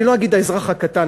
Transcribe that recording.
אני לא אגיד "האזרח הקטן",